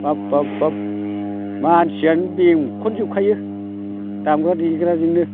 बाब बाब बाब मानसियानो बेंखन जोबखायो दामग्रा देग्राजोंनो